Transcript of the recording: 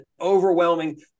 overwhelming